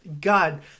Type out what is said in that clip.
God